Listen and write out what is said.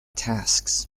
tasks